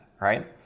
right